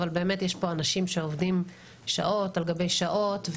אבל באמת יש פה אנשים שעובדים שעות על גבי שעות,